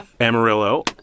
Amarillo